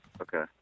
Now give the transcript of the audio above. Okay